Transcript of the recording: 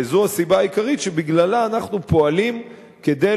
וזו הסיבה העיקרית שבגללה אנחנו פועלים כדי